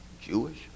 Jewish